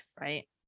right